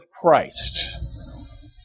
Christ